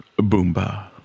boomba